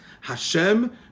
Hashem